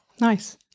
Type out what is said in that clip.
Nice